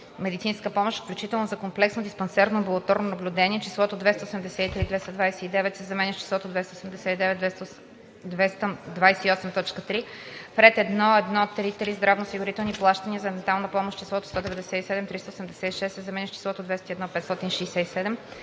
медицинска помощ (включително за комплексно диспансерно (амбулаторно) наблюдение числото „283 229,0“ се заменя с числото „289 228,3“; 3. в ред 1.1.3.3. здравноосигурителни плащания за дентална помощ числото „197 386,0“ се заменя с числото „201